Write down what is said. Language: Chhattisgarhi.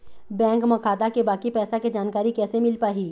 बैंक म खाता के बाकी पैसा के जानकारी कैसे मिल पाही?